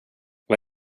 vad